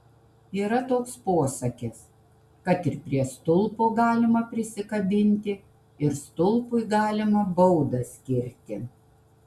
yra toks posakis kad ir prie stulpo galima prisikabinti ir stulpui galima baudą skirti